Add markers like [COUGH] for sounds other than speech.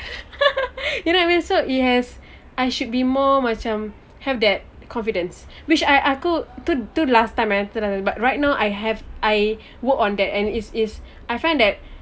[LAUGHS] you know what I mean so it has I should be more macam have that confidence which I I aku tu tu last time eh tu last but right now I have I work on that and it's it's I find that